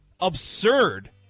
absurd